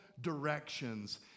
directions